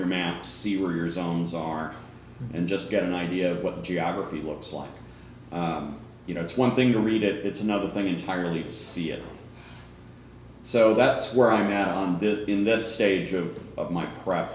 are and just get an idea of what the geography looks like you know it's one thing to read it it's another thing entirely to see it so that's where i'm at on this in this stage of my